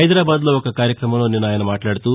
హైదరాబాద్లో ఒక కార్యక్రమంలో నిన్న ఆయన మాట్లాడుతూ